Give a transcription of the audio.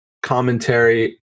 commentary